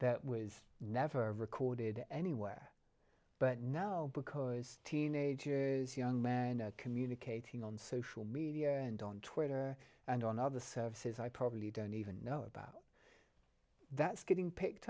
that was never recorded anywhere but now because teenagers young men communicating on social media and on twitter and on other services i probably don't even know about that's getting picked